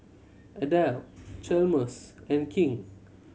Adelle Chalmers and King